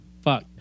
fuck